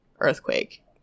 Earthquake